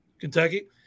Kentucky